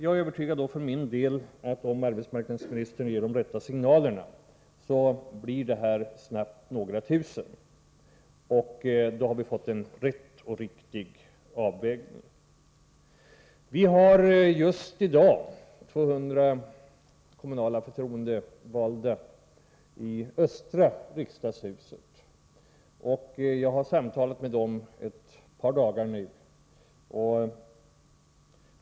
Jag är övertygad om för min del att om arbetsmarknadsministern ger de rätta signalerna, blir de snabbt några tusen. Då har vi fått en rätt och riktig avvägning. Just i dag har vi 200 kommunala förtroendevalda i Östra Riksdagshuset, och jag har samtalat med dem ett par dagar nu.